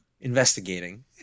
Investigating